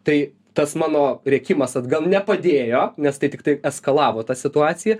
tai tas mano rėkimas atgal nepadėjo nes tai tiktai eskalavo tą situaciją